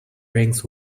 rings